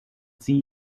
sie